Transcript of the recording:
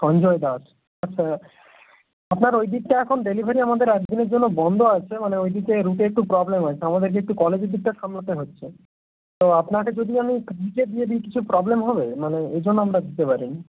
সঞ্জয় দাস আচ্ছা আপনার ওই দিকটা এখন ডেলিভারি আমাদের এক দিনের জন্য বন্ধ আছে মানে ওই দিকে রুটে একটু প্রবলেম আছে আমাদেরকে একটু কলেজের দিকটা সামলাতে হচ্ছে তো আপনাকে যদি আমি লিখে দিয়ে দিই কিছু প্রবলেম হবে মানে এই জন্য আমরা দিতে পারিনি